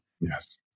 Yes